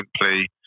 simply